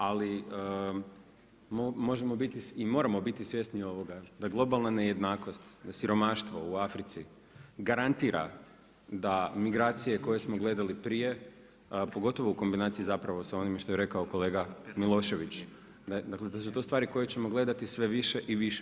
Ali, možemo i moramo biti svjesni da globalna nejednakost, siromaštvo u Africi, garantira da migracije koje smo gledali prije, pogotovo u kombinaciji zapravo s onim što je rekao kolega Milošević, da su to stvari koje ćemo gledati sve više i više.